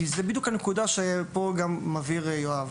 כי זו בדיוק הנקודה שמבהיר פה גם יואב.